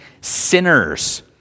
sinners